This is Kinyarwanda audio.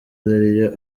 ariyo